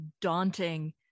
daunting